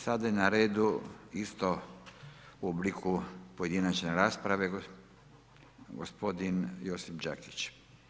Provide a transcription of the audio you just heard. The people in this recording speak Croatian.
Sada je na redu isto u obliku pojedinačne rasprave gospodin Josip Đakić.